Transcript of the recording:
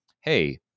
hey